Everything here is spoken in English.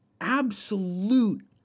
absolute